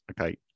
Okay